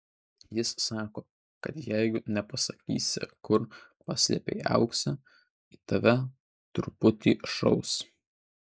jis sako kad jeigu nepasakysi kur paslėpei auksą į tave truputį šaus